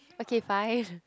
okay fine